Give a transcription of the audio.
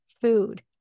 food